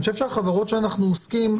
אני חושב שהחברות שאנחנו עוסקים,